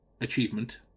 achievement